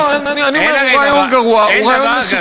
אני אומר שהוא רעיון גרוע, אין דבר כזה.